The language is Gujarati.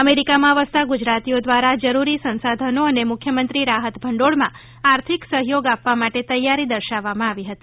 અમેરિકામાં વસતા ગુજરાતીઓ દ્વારા જરૂરી સંસાધનો અને મુખ્યમંત્રી રાહત ભંડીળમાં આર્થિક સહયોગ આપવા માટે તૈયારી દર્શાવવામાં આવીહતી